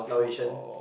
Lao Yu Sheng